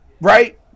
Right